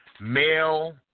male